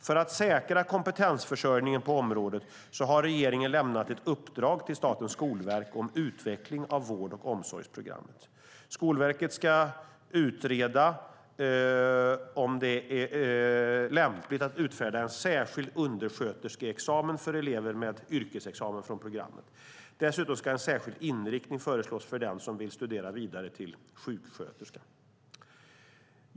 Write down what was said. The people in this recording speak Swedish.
För att säkra kompetensförsörjningen på området har regeringen lämnat ett uppdrag till Statens skolverk om utveckling av vård och omsorgsprogrammet. Skolverket ska utreda om det är lämpligt att utfärda en särskild undersköterskeexamen för elever med yrkesexamen från programmet. Dessutom ska en särskild inriktning föreslås för den som vill studera vidare till sjuksköterska.